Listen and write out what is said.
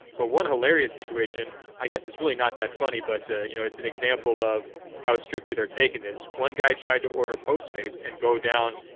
but one hilarious situation. i guess it's really not that funny. but, you know, it's an example of how strictly they're taking this. one guy tried to order post mates and go down,